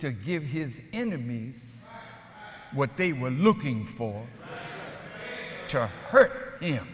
to give his enemies what they were looking for